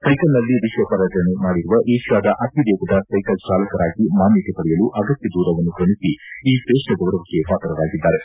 ಸ್ಕೆಕಲ್ನಲ್ಲಿ ವಿಶ್ವ ಪರ್ಯಟನೆ ಮಾಡಿರುವ ಏಷ್ಲಾದ ಅತಿ ವೇಗದ ಸ್ಕೆಕಲ್ ಚಾಲಕರಾಗಿ ಮಾನ್ಗತೆ ಪಡೆಯಲು ಅಗತ್ಯ ದೂರವನ್ನು ಕ್ರಮಿಸಿ ಈ ಶ್ರೇಷ್ನ ಗೌರವಕ್ಕೆ ಪಾತ್ರರಾಗಿದ್ದಾರೆ